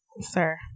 Sir